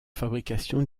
fabrication